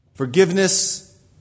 Forgiveness